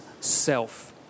self